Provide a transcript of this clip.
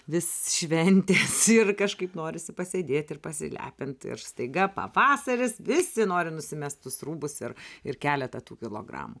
vis šventės ir kažkaip norisi pasėdėti ir pasilepint ir staiga pavasaris visi nori nusimest tuos rūbus ir ir keletą tų kilogramų